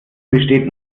besteht